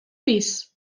pis